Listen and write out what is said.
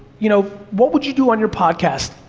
you know what would you do on your podcast?